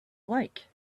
like